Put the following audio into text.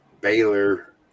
Baylor